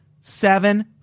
Seven